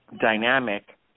dynamic